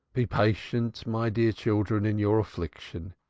be patient, my dear children, in your affliction.